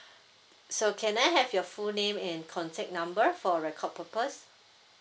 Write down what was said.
so can I have your full name and contact number for record purpose